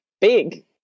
big